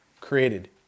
created